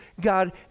God